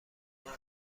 خورم